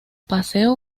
paseo